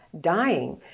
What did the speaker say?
dying